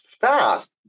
fast